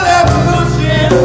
evolution